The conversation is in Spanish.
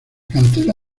cancela